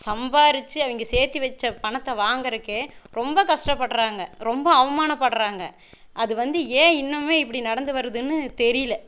சம்பாரிச்சு அவங்க சேர்த்தி வைத்த பணத்தை வாங்கிறக்கே ரொம்ப கஷ்டப்படுகிறாங்க ரொம்ப அவமானப்படுகிறாங்க அது வந்து ஏன் இன்னுமே இப்படி நடந்து வருதுன்னு தெரியல